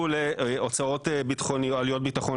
עלויות ביטחון,